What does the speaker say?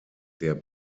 der